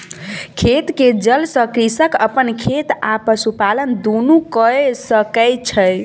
खेत के जल सॅ कृषक अपन खेत आ पशुपालन दुनू कय सकै छै